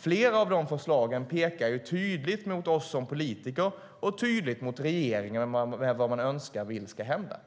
Flera av de förslagen pekar tydligt mot oss politiker och regeringen med önskemål om vad som ska hända.